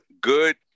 Good